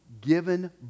given